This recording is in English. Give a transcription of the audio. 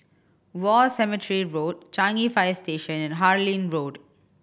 War Cemetery Road Changi Fire Station and Harlyn Road